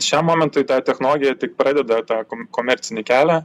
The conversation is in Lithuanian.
šiam momentui ta technologija tik pradeda tą komercinį kelią